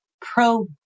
Pro